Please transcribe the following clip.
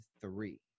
three